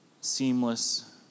seamless